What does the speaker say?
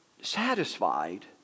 satisfied